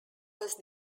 was